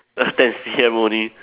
uh ten C_M only